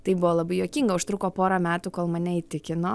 tai buvo labai juokinga užtruko porą metų kol mane įtikino